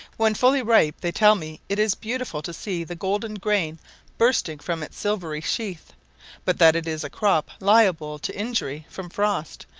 when fully ripe they tell me it is beautiful to see the golden grain bursting from its silvery sheath but that it is a crop liable to injury from frost,